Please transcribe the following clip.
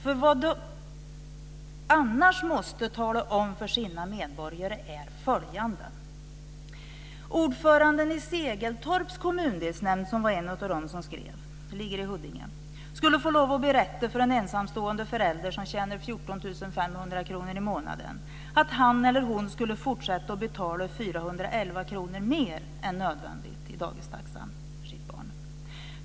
För vad de annars måste tala om för sina medborgare är följande: Huddinge, som var en av dem som skrev, skulle få lov att berätta för en ensamstående förälder som tjänar 14 500 kr i månaden att han eller hon ska fortsätta att betala 411 kr mer än nödvändigt i dagistaxa för sitt barn.